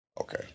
Okay